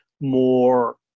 more